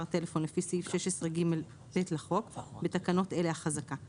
טלפון לפי סעיף 16ג(ב) לחוק (בתקנות אלה החזקה);